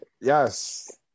Yes